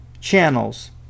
channels